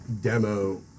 demo